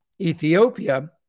Ethiopia